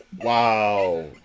Wow